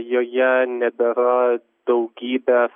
joje nebėra daugybės